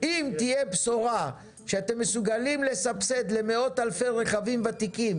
אם תהיה בשורה שאתם מסוגלים לסבסד למאות אלפי רכבים ותיקים